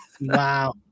Wow